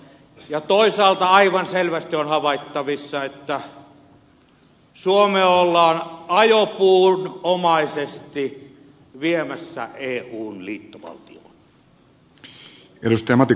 ja toisaalta aivan selvästi on havaittavissa että suomea ollaan ajopuunomaisesti viemässä eun liittovaltioon